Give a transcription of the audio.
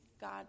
God